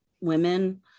women